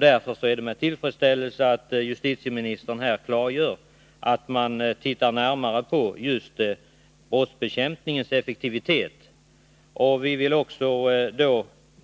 Därför är det med tillfredsställelse jag konstaterar att justitieministern här har klargjort att man skall granska just brottsbekämpningens effektivitet.